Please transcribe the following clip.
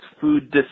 food